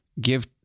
give